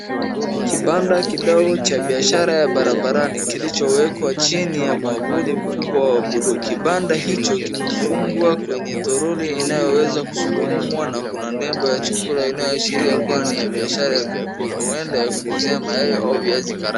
Kibanda kidogo cha biashara ya barabrani kilichowekwa chini ya mwavuli mkubwa wa bluu. Kibanda hicho kimefungwa kwenye troli inayoweza kusukumwa na kuna nembo ya chakula inayooashiria kuwa ni ya biashara ya vyakula. Huenda ya kuuzia mayai au viazi karai.